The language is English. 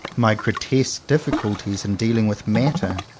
my grotesque difficulties in dealing with matter,